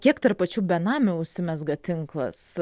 kiek tarp pačių benamių užsimezga tinklas